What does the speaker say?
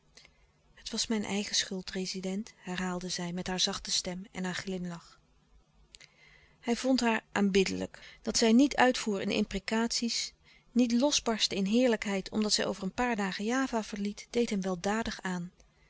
het was mijn eigen schuld rezident herhaalde zij met haar zachte stem en haar glimlach hij vond haar aanbiddelijk dat zij niet uitvoer in imprecaties niet losbarstte in heerlijkheid omdat zij over een paar dagen java verliet deed hem weldadig aan